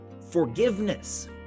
forgiveness